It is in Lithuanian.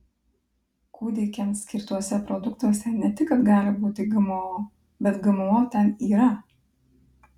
kūdikiams skirtuose produktuose ne tik kad gali būti gmo bet gmo ten yra